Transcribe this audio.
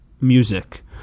Music